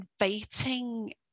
inviting